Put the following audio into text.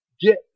Get